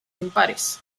impares